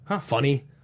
funny